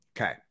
Okay